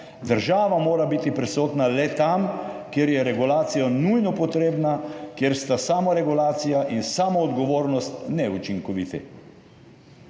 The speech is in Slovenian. Država mora biti prisotna le tam, kjer je regulacija nujno potrebna, kjer sta samoregulacija in samoodgovornost neučinkoviti.